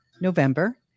November